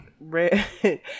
red